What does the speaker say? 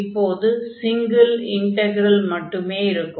இப்போது single integral மட்டுமே இருக்கும்